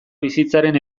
bizitzaren